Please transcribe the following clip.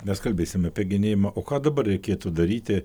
mes kalbėsim apie genėjimą o ką dabar reikėtų daryti